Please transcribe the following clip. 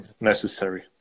necessary